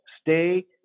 stay